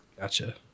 Gotcha